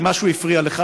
כי משהו הפריע לך,